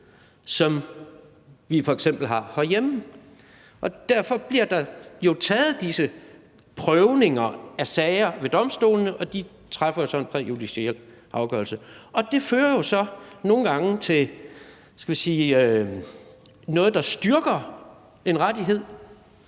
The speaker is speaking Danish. som vi f.eks. har herhjemme. Derfor bliver der jo taget disse prøvninger af sager ved domstolene, og de træffer så en præjudiciel afgørelse. Det fører jo så nogle gange til, skal vi sige noget, der styrker en rettighed.